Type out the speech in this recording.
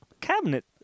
cabinet